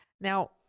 Now